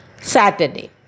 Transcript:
Saturday